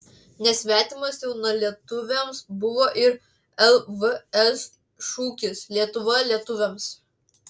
nesvetimas jaunalietuviams buvo ir lvs šūkis lietuva lietuviams